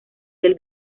del